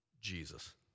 Jesus